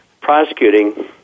prosecuting